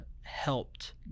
helped